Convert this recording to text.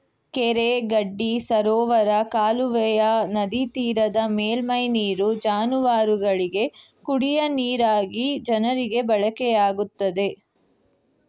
ಕೆರೆ ಗಡ್ಡಿ ಸರೋವರ ಕಾಲುವೆಯ ನದಿತೀರದ ಮೇಲ್ಮೈ ನೀರು ಜಾನುವಾರುಗಳಿಗೆ, ಕುಡಿಯ ನೀರಾಗಿ ಜನರಿಗೆ ಬಳಕೆಯಾಗುತ್ತದೆ